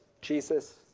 Jesus